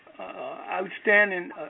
Outstanding